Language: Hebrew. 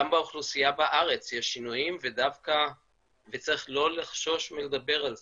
גם באוכלוסייה בארץ יש שינויים וצריך לא לחשוש מלדבר על זה,